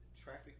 traffic